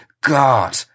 God